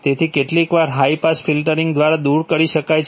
તેઓ કેટલીકવાર high pass filtering દ્વારા દૂર કરી શકાય છે